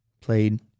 played